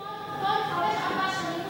כל ארבע-חמש שנים,